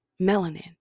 melanin